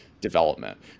development